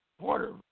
Porter